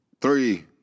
three